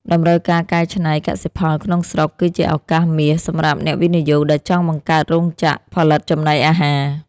តម្រូវការកែច្នៃកសិផលក្នុងស្រុក គឺជាឱកាសមាសសម្រាប់អ្នកវិនិយោគដែលចង់បង្កើតរោងចក្រផលិតចំណីអាហារ។